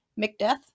McDeath